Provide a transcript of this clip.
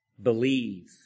Believe